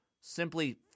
Simply